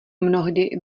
mnohdy